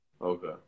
Okay